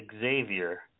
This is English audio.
Xavier